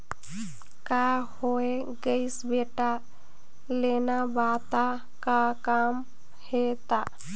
का होये गइस बेटा लेना बता का काम हे त